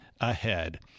ahead